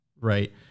right